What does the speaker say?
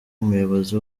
umuyobozi